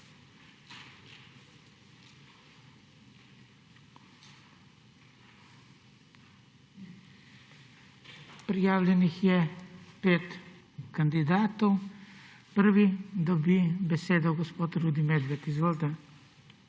Prijavljenih je 5 kandidatov. Prvi dobi besedo gospod Rudi Medved. Izvolite.